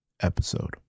episode